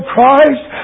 Christ